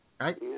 Right